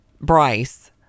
Bryce